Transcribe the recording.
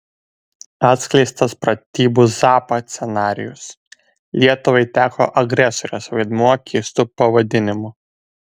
atskleistas pratybų zapad scenarijus lietuvai teko agresorės vaidmuo keistu pavadinimu